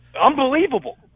unbelievable